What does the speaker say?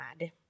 mad